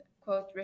Quote